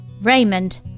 Raymond